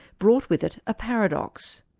brought with it a paradox.